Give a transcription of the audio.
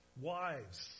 Wives